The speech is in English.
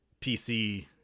PC